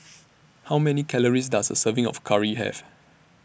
How Many Calories Does A Serving of Curry Have